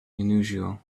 unusual